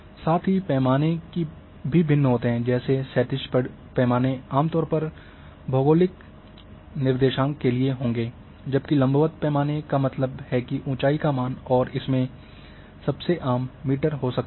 साथ ही पैमाने भी भिन्न होते हैं जैसे क्षैतिज पैमाने आम तौर पर भौगोलिक निर्देशांक के लिए होंगे जबकि लंबवत पैमाने का मतलब है कि ऊंचाई का मान और इसमें सबसे आम मीटर में हो सकता है